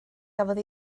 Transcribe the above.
gafodd